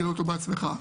בעצמך,